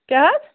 کیٛاہ حظ